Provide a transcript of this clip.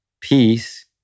peace